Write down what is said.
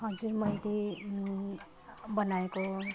हजुर मैले बनाएको